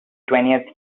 twentieth